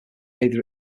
either